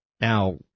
Now